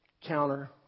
counter